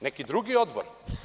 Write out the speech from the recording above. Neki drugi odbor?